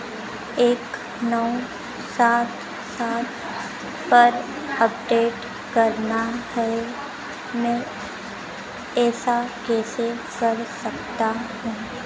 एक नौ सात सात पर अपडेट करना है मैं ऐसा कैसे कर सकता हूँ